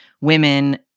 women